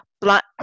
Black